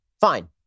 fine